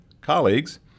colleagues